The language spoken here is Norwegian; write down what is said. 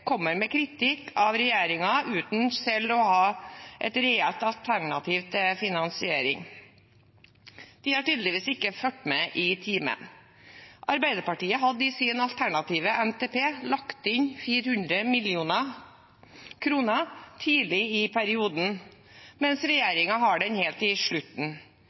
kommer med kritikk av regjeringen, uten selv å ha et reelt alternativ til finansiering.» De har tydeligvis ikke fulgt med i timen. Arbeiderpartiet hadde i sin alternative NTP lagt inn 400 mill. kr tidlig i perioden, mens regjeringen har det helt på slutten.